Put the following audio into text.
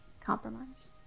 compromise